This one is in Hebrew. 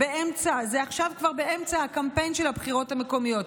זה כבר אמצע הקמפיין של הבחירות המקומיות,